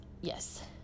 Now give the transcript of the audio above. yes